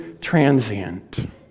transient